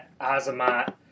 Azamat